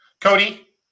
Cody